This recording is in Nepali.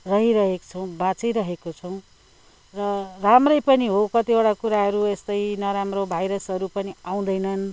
रहिरहेको छौँ बाचिरहेको छौँ र राम्रै पनि हो कतिवटा कुराहरू यस्तै नराम्रो भाइरसहरू पनि आउँदैनन्